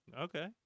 okay